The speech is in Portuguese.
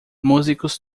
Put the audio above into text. músicos